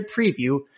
Preview